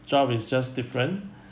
job is just different